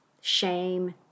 shame